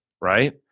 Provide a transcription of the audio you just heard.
right